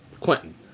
Quentin